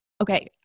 okay